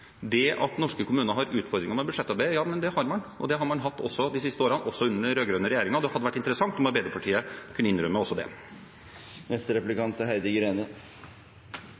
er nytt. Norske kommuner har utfordringer med budsjettarbeidet, og det har man også hatt de siste årene – også under den rød-grønne regjeringen. Det hadde vært interessant om også Arbeiderpartiet kunne innrømme det. Høyre gikk til valg på å styrke utdanning, og som vi sikkert er